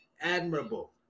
admirable